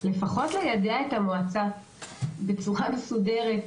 צריך לפחות ליידע את המועצה בצורה מסודרת,